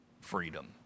freedom